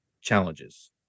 challenges